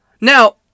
now